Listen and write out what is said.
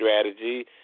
strategy